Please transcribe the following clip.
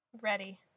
Ready